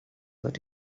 that